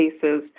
cases